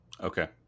Okay